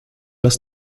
lass